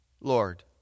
Lord